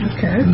Okay